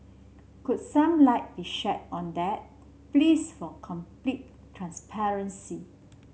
could some light be shed on that please for complete transparency